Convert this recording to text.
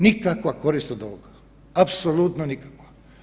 Nikakva korist od ovoga, apsolutno nikakva.